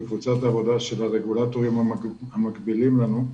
בקבוצת עבודה של הרגולטורים המקבילים לנו.